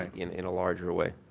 and in in a larger way.